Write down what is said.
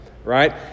right